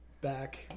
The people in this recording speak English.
back